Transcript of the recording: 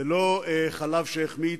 זה לא חלב שהחמיץ.